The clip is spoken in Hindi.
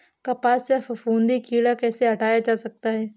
कपास से फफूंदी कीड़ा कैसे हटाया जा सकता है?